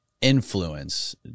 influence –